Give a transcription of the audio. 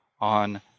on